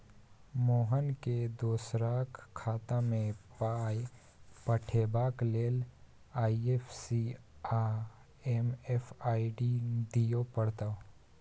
मोहनकेँ दोसराक खातामे पाय पठेबाक लेल आई.एफ.एस.सी आ एम.एम.आई.डी दिअ पड़तै